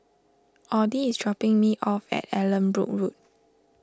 Audy is dropping me off at Allanbrooke Road